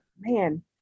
man